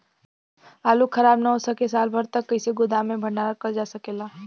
आलू खराब न हो सके साल भर तक कइसे गोदाम मे भण्डारण कर जा सकेला?